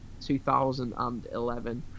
2011